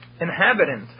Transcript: inhabitant